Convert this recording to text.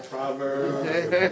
Proverbs